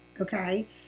Okay